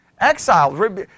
Exiled